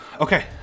Okay